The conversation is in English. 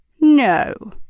No